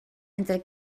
entre